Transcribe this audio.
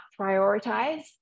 prioritize